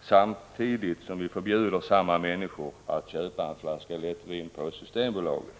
samtidigt som vi förbjuder samma människor att köpa en flaska lättvin på Systembolaget?